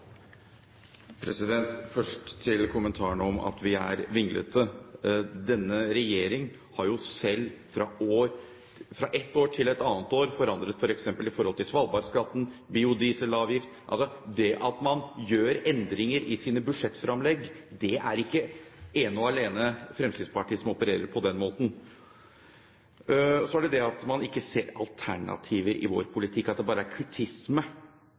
kommentaren om at vi er vinglete. Denne regjeringen har jo selv fra et år til et annet år forandret f.eks. i forhold til svalbardskatten og biodieselavgift. Det er ikke ene og alene Fremskrittspartiet som opererer på den måten at man gjør endringer i sine budsjettframlegg. Så er det det at man ikke ser alternativer i vår politikk, at det bare er kuttisme.